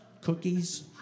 cookies